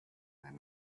their